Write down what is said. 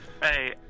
hey